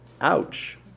Ouch